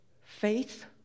faith